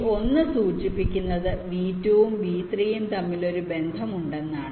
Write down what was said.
ഈ 1 സൂചിപ്പിക്കുന്നത് V2 ഉം V3 ഉം തമ്മിൽ ഒരു ബന്ധം ഉണ്ടെന്നാണ്